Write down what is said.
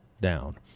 down